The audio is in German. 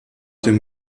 dem